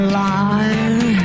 line